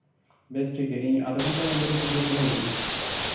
ᱵᱮᱥ ᱴᱷᱤᱠ ᱜᱮᱭᱟ ᱤᱧ ᱟᱫᱷᱟ ᱜᱷᱚᱱᱴᱟ ᱢᱚᱫᱽᱫᱷᱮ ᱨᱮ ᱛᱟᱦᱞᱮ ᱦᱤᱡᱩᱜ ᱢᱮ